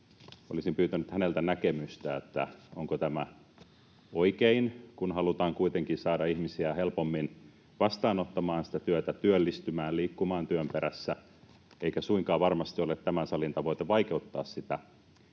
olisin pyytänyt häneltä näkemystä, onko tämä oikein, kun halutaan kuitenkin saada ihmisiä helpommin vastaanottamaan sitä työtä, työllistymään, liikkumaan työn perässä, eikä suinkaan varmasti ole tämän salin tavoite vaikeuttaa sitä